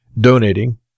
donating